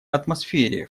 атмосфере